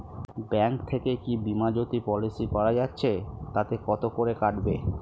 Bank থেকে কী বিমাজোতি পলিসি করা যাচ্ছে তাতে কত করে কাটবে?